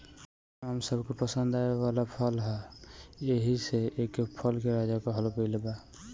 आम सबके पसंद आवे वाला फल ह एही से एके फल के राजा कहल गइल बा